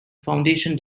foundation